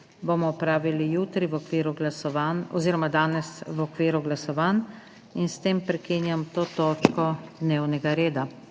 bomo opravili jutri, v okviru glasovanj oziroma danes v okviru glasovanj. S tem prekinjam to točko dnevnega reda.